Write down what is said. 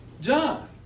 John